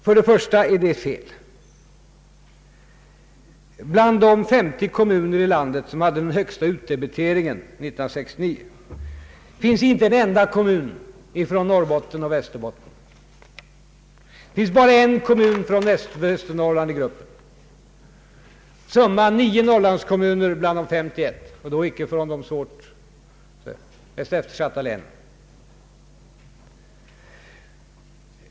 För det första är det inte sant: Bland de 50 kommuner i landet som hade den högsta utdebiteringen år 1969 finns det inte en enda kommun i Norrbotten och Västerbotten. Det finns bara en kommun i Västernorrland i gruppen. Det finns nio Norrlandskommuner bland de 61, och då ingen från de eftersatta länen.